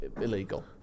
illegal